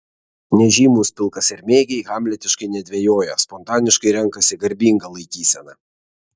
nežymūs pilkasermėgiai hamletiškai nedvejoja spontaniškai renkasi garbingą laikyseną